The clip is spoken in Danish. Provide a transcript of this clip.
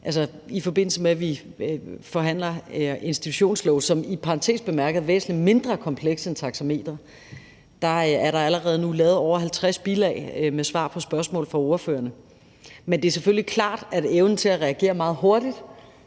i forbindelse med at vi forhandler institutionslove, som i parentes bemærket er væsentlig mindre komplekse end det, der handler om taxameter, er der allerede nu lavet over 50 bilag med svar på spørgsmål fra ordførerne. Men det er selvfølgelig klart i forhold til evnen til at reagere meget hurtigt,